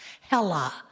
Hella